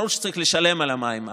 ברור שצריך לשלם על המים,